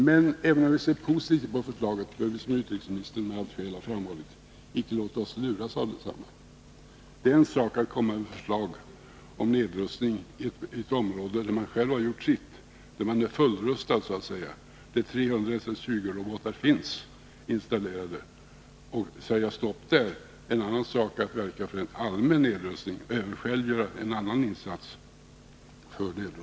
Men även om vi ser positivt på förslaget bör vi, som utrikesministern med allt skäl har framhållit, inte låta oss luras av detsamma. Det är en sak att komma med förslag om nedrustning i ett område där man själv har gjort sitt, där man är fullrustad så att säga, där 300 SS 20-robotar finns installerade — en annan sak att verka för en allmän nedrustning och även själv göra en insats.